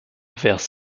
vers